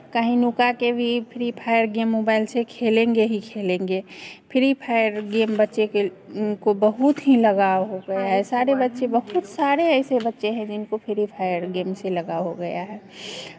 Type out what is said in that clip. कहीं नुका के भी फ्री फायर गेम मोबाइल से खेलेंगे ही खेलेंगे फ्री फायर गेम बच्चे के उनको बहुत ही लगाव हो गया है सारे बच्चे बहुत सारे ऐसे बच्चे हैं जिनको फ्री फायर गेम से लगाव हो गया है